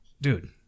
Dude